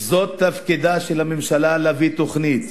זה תפקידה של הממשלה, להביא תוכנית.